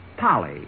Polly